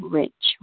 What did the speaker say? rich